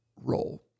Role